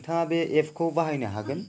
नोंथाङा बे एपसखौ बाहायनो हागोन